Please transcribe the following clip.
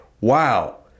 wow